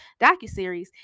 docuseries